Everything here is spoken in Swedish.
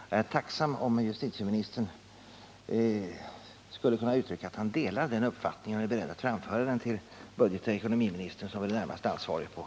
Jag vore tacksam om justitieministern skulle kunna uttala att han delar den uppfattningen och att han är beredd att framföra den till budgetoch ekonomiministern, som väl är närmast ansvarig på området.